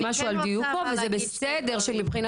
אני כן רוצה אבל להגיד --- וזה בסדר שמבחינה